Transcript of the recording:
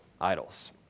idols